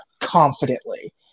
confidently